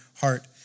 heart